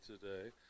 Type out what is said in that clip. today